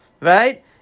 right